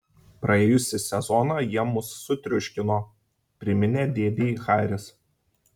praėjusį sezoną jie mus sutriuškino priminė dėdei haris